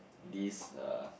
this uh